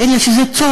אלא זה צורך,